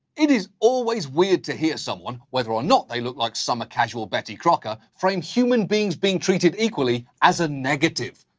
it is always weird to hear someone, whether or ah not they look like summer casual betty crocker, frame human beings being treated equally as a negative.